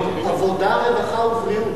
עבודה, רווחה ובריאות.